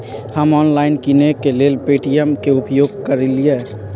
हम ऑनलाइन किनेकेँ लेल पे.टी.एम के उपयोग करइले